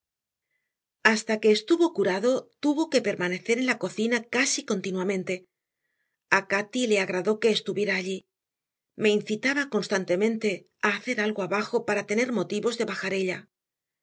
hasta que estuvo curado tuvo que permanecer en la cocina casi continuamente a cati le agradó que estuviera allí me incitaba constantemente a hacer algo abajo para tener motivos de bajar ella